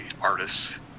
artists